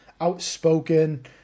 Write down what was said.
outspoken